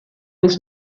was